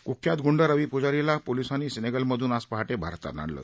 क्ख्यात गूंड रवी प्जारीला पोलिसांनी सेनेगलमधून आज पहाटे भारतात आणलं